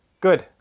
Good